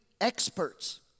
experts